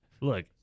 Look